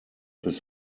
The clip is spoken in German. bis